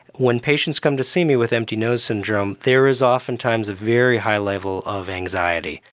when patients come to see me with empty nose syndrome there is oftentimes a very high level of anxiety.